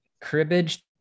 cribbage